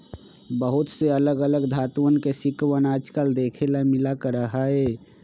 बहुत से अलग अलग धातुंअन के सिक्कवन आजकल देखे ला मिला करा हई